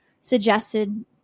suggested